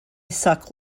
suck